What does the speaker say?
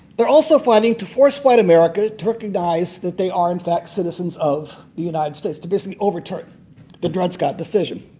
they're also planning to force fight america to recognize that they are, in fact, citizens of the united states to basically overturn the dred scott decision.